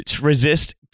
resist